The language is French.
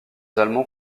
allemands